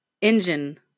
engine